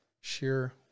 sheer